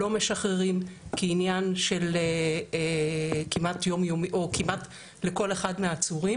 לא משחררים כמעט כל אחד מהעצורים.